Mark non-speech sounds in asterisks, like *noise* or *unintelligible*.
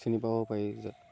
চিনি পাব পাৰি *unintelligible*